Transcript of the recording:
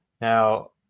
Now